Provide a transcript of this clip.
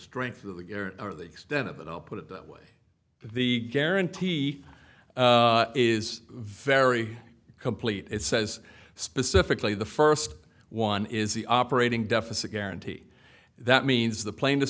strength or the extent of it i'll put it that way the guarantee is very complete it says specifically the first one is the operating deficit guarantee that means the pla